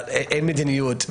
אין מדיניות.